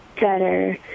better